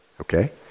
okay